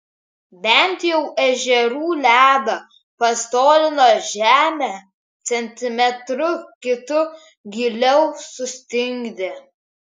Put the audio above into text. bent jau ežerų ledą pastorino žemę centimetru kitu giliau sustingdė